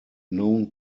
known